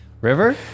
River